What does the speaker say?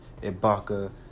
Ibaka